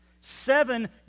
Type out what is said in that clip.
Seven